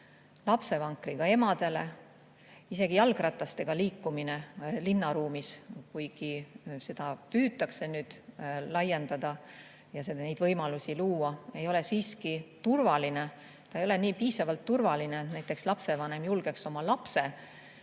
lapsevankriga emadele. Isegi jalgratastega liikumine linnaruumis, kuigi seda püütakse nüüd laiendada ja [paremaid] võimalusi luua, ei ole siiski turvaline. See ei ole piisavalt turvaline, et lapsevanem julgeks oma lapse